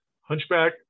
Hunchback